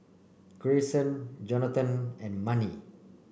Greyson Jonathon and Manie